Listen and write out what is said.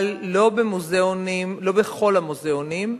אבל לא בכל המוזיאונים.